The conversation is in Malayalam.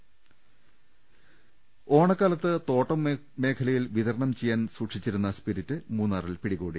ദർവ്വട്ടെഴ ഓണക്കാലത്ത് തോട്ടം മേഖലയിൽ വിതരണം ചെയ്യാൻ സൂക്ഷിച്ചിരുന്ന സ്പിരിറ്റ് മൂന്നാറിൽ പിടികൂടി